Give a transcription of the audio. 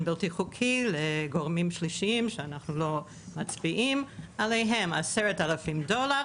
בריאותי חוקי לגורמים שלישיים שאנחנו לא מצביעים עליהם 10,000 דולר